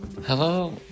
Hello